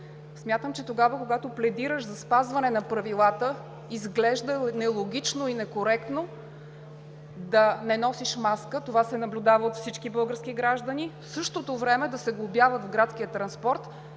Смятам, че тогава, когато пледираш за спазване на правилата, изглежда нелогично и некоректно да не носиш маска. Това се наблюдава от всички български граждани. В същото време се глобяват в градския транспорт